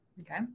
okay